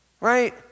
right